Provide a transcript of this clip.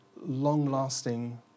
long-lasting